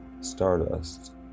stardust